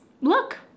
Look